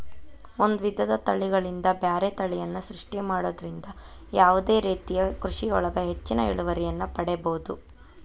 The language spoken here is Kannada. ಒಂದ್ ವಿಧದ ತಳಿಗಳಿಂದ ಬ್ಯಾರೆ ತಳಿಯನ್ನ ಸೃಷ್ಟಿ ಮಾಡೋದ್ರಿಂದ ಯಾವದೇ ರೇತಿಯ ಕೃಷಿಯೊಳಗ ಹೆಚ್ಚಿನ ಇಳುವರಿಯನ್ನ ಪಡೇಬೋದು